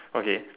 okay